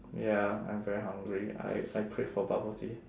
ya I'm very hungry I I crave for bubble tea